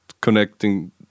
connecting